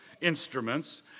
instruments